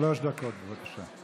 שלוש דקות, בבקשה.